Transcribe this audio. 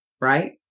right